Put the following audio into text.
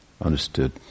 understood